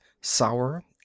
sour